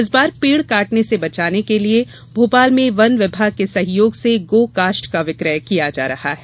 इस बार पेड काटने से बचाने के लिए भोपाल में वन विभाग के सहयोग से गो कास्ठ का विक्रय किया जा रहा है